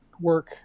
work